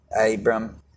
Abram